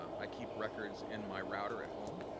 i keep records in my router at home,